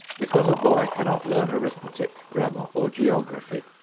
because a boy cannot learn arithmetic, grammar or geography,